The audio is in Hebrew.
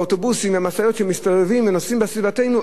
באוטובוסים ובמשאיות שמסתובבים ונוסעים בסביבתנו,